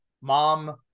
Mom